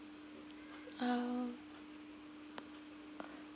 uh